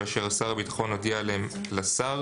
ואשר שר הביטחון הודיע עליהם לשר,